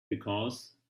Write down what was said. because